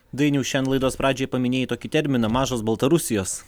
dainiau šiandien laidos pradžioj paminėjai tokį terminą mažos baltarusijos